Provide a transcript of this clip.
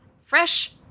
fresh